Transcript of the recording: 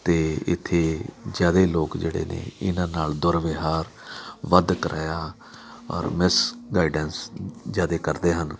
ਅਤੇ ਇੱਥੇ ਜ਼ਿਆਦਾ ਲੋਕ ਜਿਹੜੇ ਨੇ ਇਹਨਾਂ ਨਾਲ ਦੁਰਵਿਵਹਾਰ ਵੱਧ ਕਰਾਇਆ ਔਰ ਮਿਸਗਾਈਡੈਂਸ ਜ਼ਿਆਦਾ ਕਰਦੇ ਹਨ